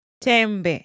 tembe